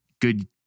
good